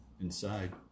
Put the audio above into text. inside